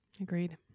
Agreed